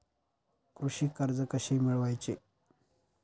कृषी कर्ज कसे मिळवायचे?